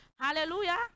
Hallelujah